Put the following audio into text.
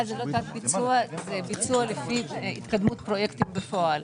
זה לא תת ביצוע אלא ביצוע לפי התקדמות פרויקטים בפועל.